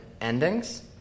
endings